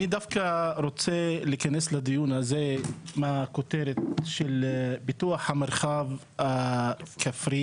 אני דווקא רוצה להיכנס לדיון הזה מהכותרת של פיתוח המרחב הכפרי,